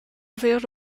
envahir